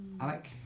Alec